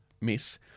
miss